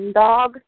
dog